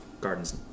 gardens